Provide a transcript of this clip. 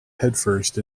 headfirst